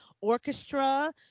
orchestra